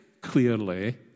clearly